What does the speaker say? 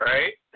Right